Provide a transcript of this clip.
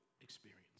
experience